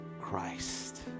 Christ